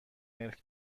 ملک